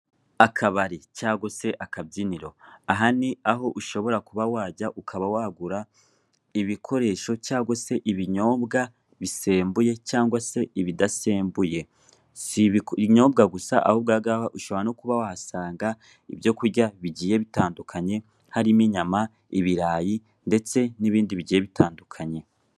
Akabari cyangwa se akabyiniro, aha ni aho ushobora kuba wajya ukaba wagura ibikoresho cyangwa se ibinyobwa bisembuye cyangwa se ibidasembuye. Si ibinyobwa gusa, ahubwo aha ngaha ushobora no kuba wahasanga ibyo kurya bigiye bitandukanye, harimo inyama, ibirayi ndetse n'ibindi bigiye bitandukanye.